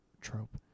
trope